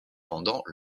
pendant